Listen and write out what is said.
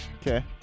Okay